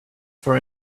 for